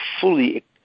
fully